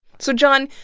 so john,